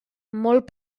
molt